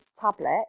tablet